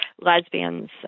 lesbians